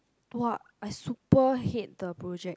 !wah! I super hate the project